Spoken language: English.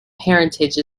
parentage